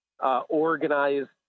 Organized